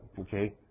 Okay